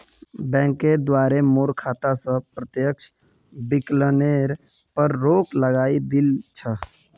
बैंकेर द्वारे मोर खाता स प्रत्यक्ष विकलनेर पर रोक लगइ दिल छ